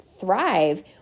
thrive